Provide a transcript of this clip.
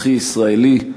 הכי ישראלי,